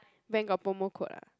when got promo code ah